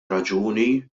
raġuni